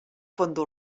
fondo